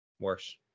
Worse